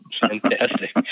Fantastic